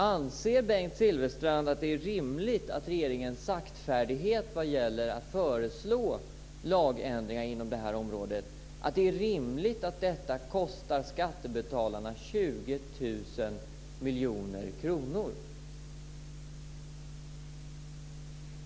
Anser Bengt Silfverstrand att det är rimligt att regeringens saktfärdighet vad gäller att föreslå lagändringar inom detta område kostar skattebetalarna 20 000 miljoner kronor?